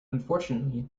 unfortunately